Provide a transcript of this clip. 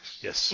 Yes